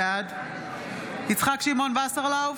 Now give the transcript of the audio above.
בעד יצחק שמעון וסרלאוף,